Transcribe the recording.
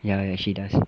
ya ya actually does